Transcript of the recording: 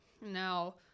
Now